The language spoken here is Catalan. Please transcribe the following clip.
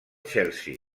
chelsea